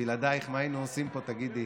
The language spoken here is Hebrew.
בלעדייך מה היינו עושים פה, תגידי.